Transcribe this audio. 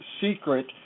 secret